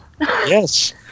Yes